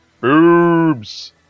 boobs